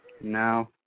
No